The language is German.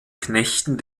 knechten